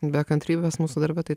be kantrybės mūsų darbe tai